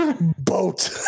Boat